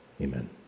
Amen